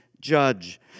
judge